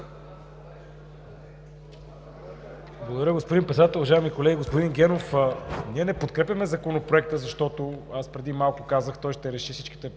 Благодаря, господин Председател. Уважаеми колеги, господин Генов! Ние не подкрепяме Законопроекта, защото аз преди малко казах, той ще реши всичките